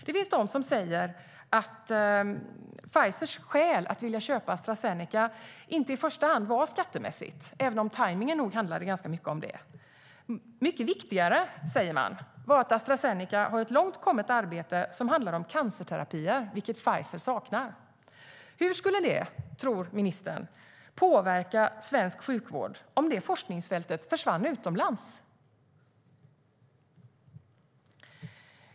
Det finns de som säger att Pfizers skäl att vilja köpa Astra Zeneca inte i första hand var skattemässigt, även om tajmningen nog handlade ganska mycket om det. Mycket viktigare, säger man, var att Astra Zeneca har ett långt kommet arbete som handlar om cancerterapier, vilket Pfizer saknar. Hur skulle det, tror ministern, påverka svensk sjukvård om det forskningsfältet försvann utomlands?